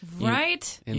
Right